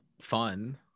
fun